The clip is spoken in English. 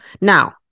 Now